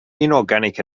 inorganic